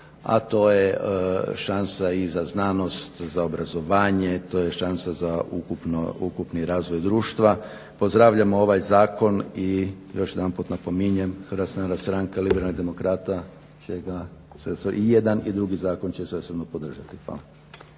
a to je šansa i za znanost za obrazovanje, to je šansa za ukupni razvoj društva. Pozdravljamo ovaj zakon i još jedanput napominjem HNS liberalnih demokrata će ga i jedan i drugi zakon će se … podržati. Hvala.